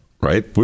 right